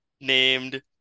named